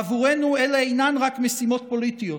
בעבורנו, אלה אינן רק משימות פוליטיות